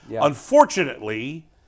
Unfortunately